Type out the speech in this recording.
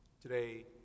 Today